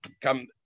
come